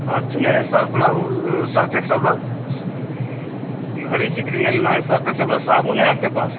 अच्छा नहीं सर्फ़ वाला वह सर्फ एक्सल व घड़ी सर्फ एक्सल का साबुन है आपके पास